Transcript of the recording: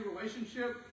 relationship